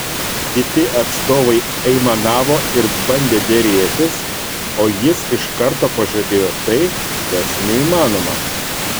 kiti atstovai aimanavo ir bandė derėtis o jis iš karto pažadėjo tai kas neįmanoma